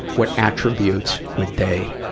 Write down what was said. what attributes would they,